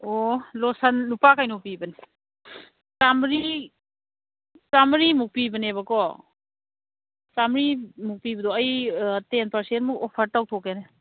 ꯑꯣ ꯂꯣꯁꯟ ꯂꯨꯄꯥ ꯀꯩꯅꯣ ꯄꯤꯕꯅꯤ ꯆꯥꯃꯔꯤ ꯆꯥꯃꯔꯤꯃꯨꯛ ꯄꯤꯕꯅꯦꯕꯀꯣ ꯆꯥꯃꯔꯤꯃꯨꯛ ꯄꯤꯕꯗꯣ ꯑꯩ ꯇꯦꯟ ꯄꯥꯔꯁꯦꯟꯃꯨꯛ ꯑꯣꯐꯔ ꯇꯧꯊꯣꯛꯀꯦꯅꯦ